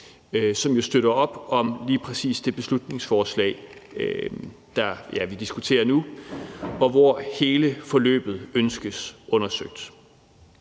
som jo støtter op om lige præcis det beslutningsforslag, vi diskuterer nu, og hvor hele forløbet ønskes undersøgt.